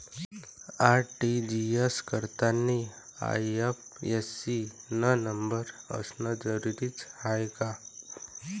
RTGS करतांनी IFSC न number असनं जरुरीच हाय का?